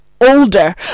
Older